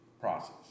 process